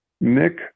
Nick